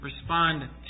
respond